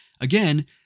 again